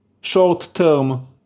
short-term